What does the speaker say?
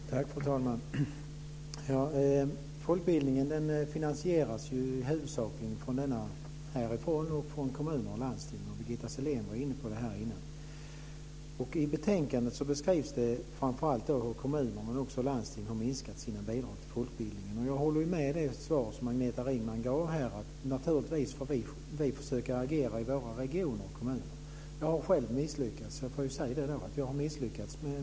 Fru talman! Fortbildningen finansieras huvudsakligen härifrån och från kommuner och landsting, vilket Birgitta Sellén varit inne på. I betänkandet beskrivs hur framför allt kommuner men också landsting har minskat sina bidrag till folkbildningen. Jag instämmer i det besked som Agneta Ringman gav, att vi naturligtvis får försöka agera i våra regioner och kommuner. Jag har själv misslyckats med detta i mitt landsting.